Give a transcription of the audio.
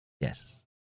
Yes